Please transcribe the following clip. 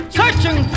searching